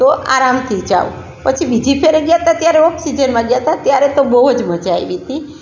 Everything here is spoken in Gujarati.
તો આરામથી જાઉં પછી બીજી ફેરે ગયા હતા ત્યારે ઓફ સિઝનમાં ગયા હતા ત્યારે તો બહુ જ મજા આવી હતી